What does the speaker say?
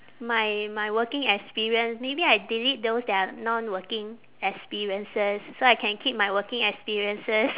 my my working experience maybe I delete those that are non working experiences so I can keep my working experiences